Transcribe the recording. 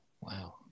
Wow